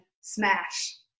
smash